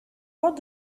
what